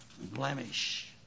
blemish